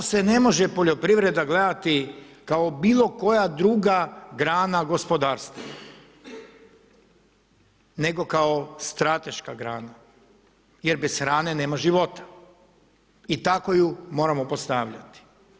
Zato se ne može poljoprivreda gledati kao bilo koja druga grana gospodarstva, nego kao strateška grana, jer bez hrane nema života i tako ju moramo postavljati.